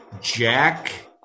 Jack